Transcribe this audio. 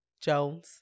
Jones